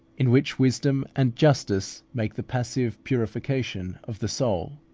in which wisdom and justice make the passive purification of the soul,